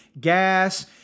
gas